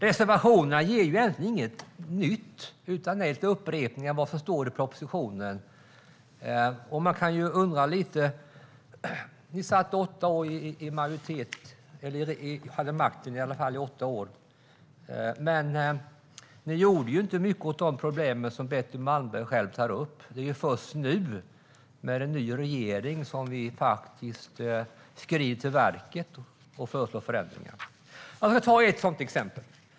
Reservationerna ger egentligen inget nytt utan är upprepningar av vad som står i propositionen. Ni hade makten i åtta år, men ni gjorde inte mycket åt de problem som du, Betty Malmberg, själv tar upp. Det är först nu, med en ny regering, som vi faktiskt skrider till verket och föreslår förändringar. Jag ska ta ett exempel.